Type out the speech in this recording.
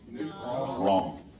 Wrong